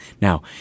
Now